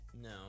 No